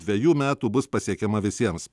dvejų metų bus pasiekiama visiems